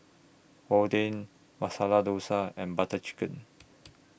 Oden Masala Dosa and Butter Chicken